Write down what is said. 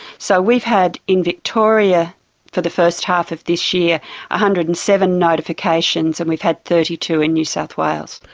so we've had in victoria for the first half of this year one ah hundred and seven notifications, and we've had thirty two in new south wales.